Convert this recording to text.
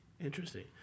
Interesting